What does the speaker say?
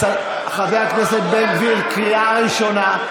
חבר הכנסת בן גביר, קריאה ראשונה.